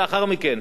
לכן אנחנו אומרים,